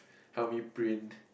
help me printers